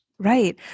Right